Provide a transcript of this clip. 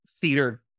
theater